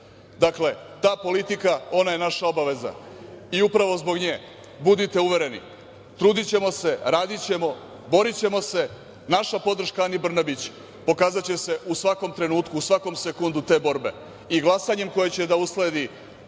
čelu. Dakle, ta politika, ona je naša obaveza i upravo zbog nje budite uvereni trudićemo se, radićemo, borićemo se, naša podrška Ani Brnabić pokazaće se u svakom trenutku, svakom sekundu te borbe i glasanjem koje će da usledi